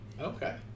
Okay